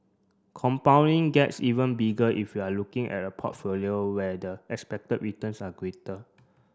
compounding gets even bigger if you're looking at a portfolio where the expected returns are greater